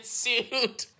suit